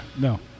no